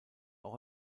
auch